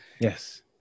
Yes